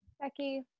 Becky